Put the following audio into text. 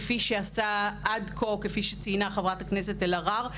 כפי שעשה עד כה וכפי שציינה חה"כ אלהרר,